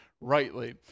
rightly